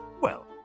well